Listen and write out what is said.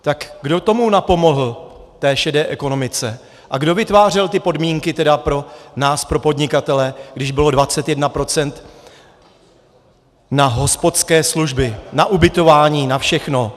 Tak kdo tomu napomohl, šedé ekonomice, a kdo vytvářel ty podmínky pro nás pro podnikatele, když bylo 21 % na hospodské služby, na ubytování, na všechno?